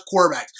quarterbacks